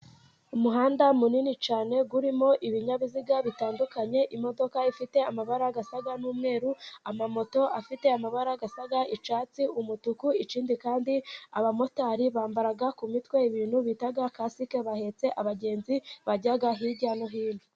Umuhanda munini cyane urimo ibinyabiziga bitandukanye: imodoka ifite amabara asa n'umweru, amamoto afite amabara asa icyatsi, umutuku, ikindi kandi abamotari bambara ku mitwe ibintu bitaga kasike, bahetse abagenzi bajya hirya no hino.